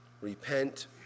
Repent